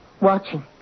watching